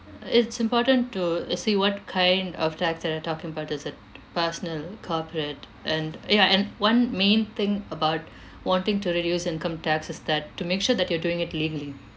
it's important to see what kind of tax that they're talking about is it personal corporate and ya and one main thing about wanting to reduce income tax is that to make sure that you're doing it legally